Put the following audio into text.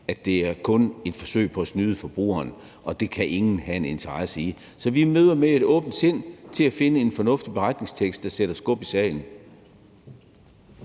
at det kun er et forsøg på at snyde forbrugeren. Det kan ingen have en interesse i. Så vi møder op med et åbent sind til at finde en fornuftig beretningstekst, der sætter skub i sagen.